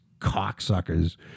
cocksuckers